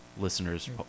listeners